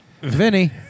Vinny